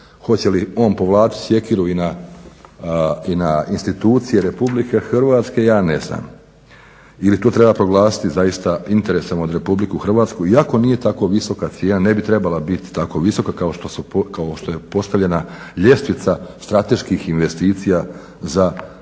hoće li on povlačiti sjekiru i na institucije Republike Hrvatske, ja ne znam ili tu treba proglasiti zaista interesom od Republike Hrvatske iako nije tako visoka cijena, ne bi trebala biti tako visoka kao što je postavljena ljestvica strateških investicija za Republiku